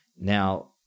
Now